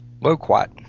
loquat